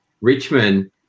Richmond